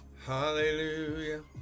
Hallelujah